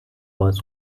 was